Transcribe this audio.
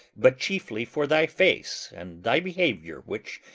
but chiefly for thy face and thy behaviour, which,